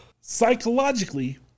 Psychologically